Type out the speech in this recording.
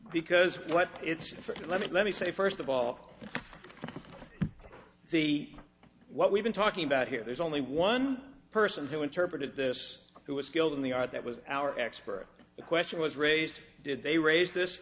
because what it's different let me say first of all see what we've been talking about here there's only one person who interpreted this who was skilled in the art that was our expert the question was raised did they rais